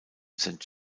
saint